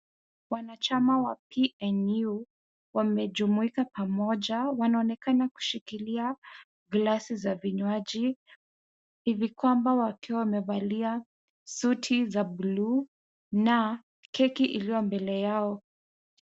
Wanachama wa PNU wamejumuika pamoja, wanaonekana kushikilia glasi za vinywaji. Hivi kwamba wakiwa wamevalia suti za buluu na keki iliyo mbele yao.